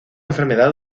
enfermedad